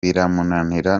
biramunanira